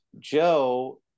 Joe